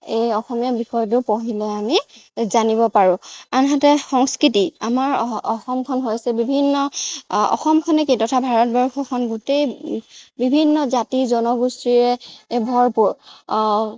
এই অসমীয়া বিষয়টো পঢ়িলে আমি জানিব পাৰোঁ আনহাতে সংস্কৃতি আমাৰ অসমখন হৈছে বিভিন্ন অসমখনে কি তথা ভাৰতবৰ্ষখন গোটেই বিভিন্ন জাতি জনগোষ্ঠীৰে ভৰপূৰ